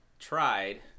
tried